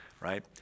right